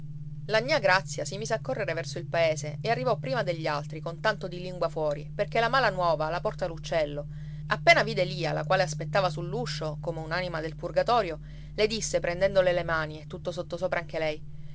la gnà grazia si mise a correre verso il paese e arrivò prima degli altri con tanto di lingua fuori perché la malanuova la porta l'uccello appena vide lia la quale aspettava sull'uscio come un'anima del purgatorio le disse prendendole le mani e tutta sottosopra anche lei